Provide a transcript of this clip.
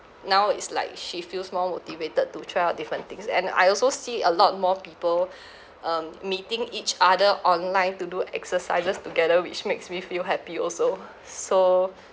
now it's like she feels more motivated to try out different things and I also see a lot more people um meeting each other online to do exercises together which makes me feel happy also so